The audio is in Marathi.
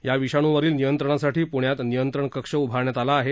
या विषाणूवरील नियंत्रणासाठी प्ण्यात नियंत्रण कक्ष उभारण्यात आला आहे